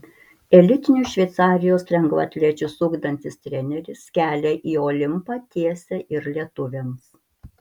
elitinius šveicarijos lengvaatlečius ugdantis treneris kelią į olimpą tiesia ir lietuvėms